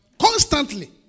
Constantly